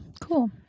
cool